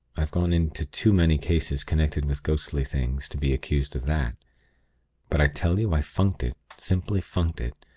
i've gone into too many cases connected with ghostly things, to be accused of that but i tell you i funked it simply funked it,